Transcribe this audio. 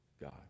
God